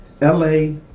LA